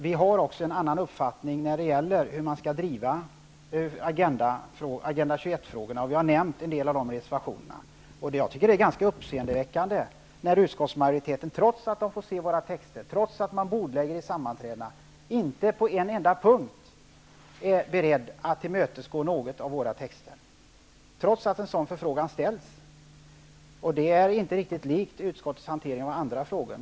Vi har också en annan uppfattning när det gäller hur man skall driva agenda 21-frågorna. Vi har nämnt en del av dessa i reservationerna. Jag tycker att det är ganska uppseendeväckande när utskottsmajoriteten, trots att den får se våra texter och trots att den bordlägger vid sammanträdena, inte på en enda punkt är beredd att tillmötesgå oss i fråga om någon av våra texter, trots att en sådan förfrågan gjorts. Det är inte riktigt likt utskottets hantering av andra frågor.